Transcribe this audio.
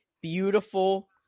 beautiful